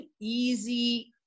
easy